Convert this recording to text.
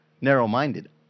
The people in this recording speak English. narrow-minded